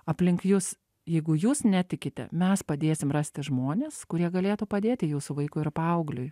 aplink jus jeigu jūs netikite mes padėsim rasti žmones kurie galėtų padėti jūsų vaikui ar paaugliui